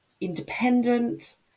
independent